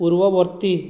ପୂର୍ବବର୍ତ୍ତୀ